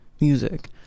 music